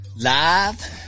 Live